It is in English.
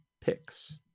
picks